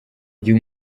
gihe